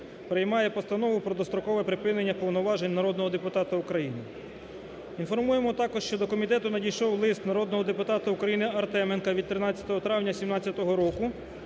приймає Постанову про дострокове припинення повноважень народного депутата України. Інформуємо також, що до комітету надійшов лист народного депутата України Артеменка від 13 травня 2017 року,